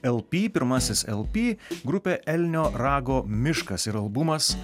lp pirmasis lp grupė elnio rago miškas ir albumas